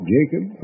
Jacob